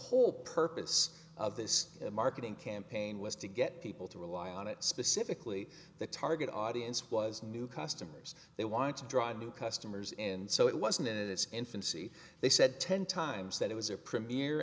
whole purpose of this marketing campaign was to get people to rely on it specifically the target audience was new customers they wanted to drive new customers and so it wasn't in its infancy they said ten times that it was a premier